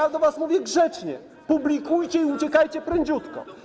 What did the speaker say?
A ja do was mówię grzecznie: publikujcie i uciekajcie prędziutko.